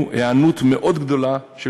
ובמיוחד שלשמחתנו ראינו היענות מאוד גדולה של